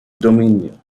dominions